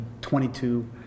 22